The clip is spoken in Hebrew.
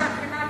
שהקרינה,